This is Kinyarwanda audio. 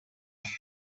isano